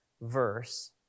verse